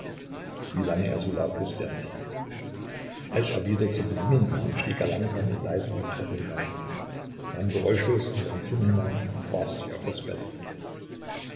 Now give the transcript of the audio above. wie lange er so lag wußte er nicht als er wieder zur besinnung kam stieg er langsam und leise die treppe hinauf kam geräuschlos in sein zimmer hinein und warf sich auf das bett